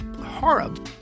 horrible